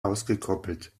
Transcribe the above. ausgekoppelt